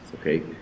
okay